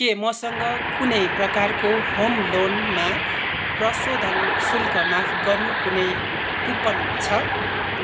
के मसँग कुनै पनि प्रकारको होम लोनमा प्रशोधन शुल्क माफ गर्नु कुनै कुपन छ